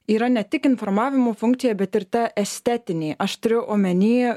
yra ne tik informavimo funkcija bet ir ta estetinė aš turiu omeny